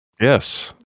Yes